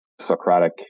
Socratic